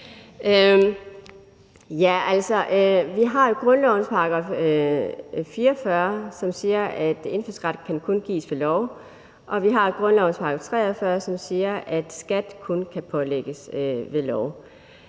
Vi har jo grundlovens § 44, som siger, at indfødsret kun kan gives ved lov, og vi har grundlovens § 43, som siger, at skat kun kan pålægges ved lov.